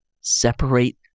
Separate